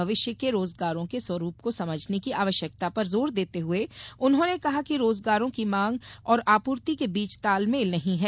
भविष्य के रोजगारों के स्वरूप को समझने की आवश्यकता पर जोर देते हुए उन्होंने कहा कि रोजगारों की मांग और आपूर्ति के बीच तालमेल नहीं है